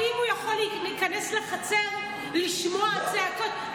האם הוא יכול להיכנס לחצר לשמע צעקות?